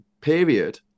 period